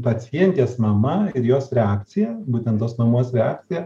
pacientės mama ir jos reakcija būtent tos mamos reakcija